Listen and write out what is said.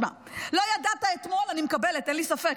שמע, לא ידעת אתמול, אני מקבלת, אין לי ספק.